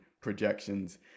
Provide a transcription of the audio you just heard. projections